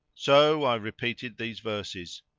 so i repeated these verses